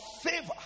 favor